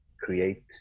create